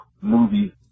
movie